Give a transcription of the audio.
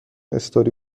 استوری